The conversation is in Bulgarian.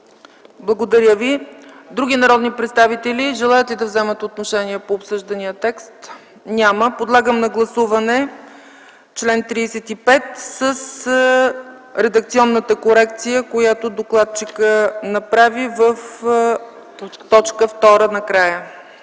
Благодаря Ви. Други народни представители желаят ли да вземат отношение по обсъждания текст? Няма. Подлагам на гласуване чл. 35 с редакционната корекция, която докладчикът направи в т. 2 накрая.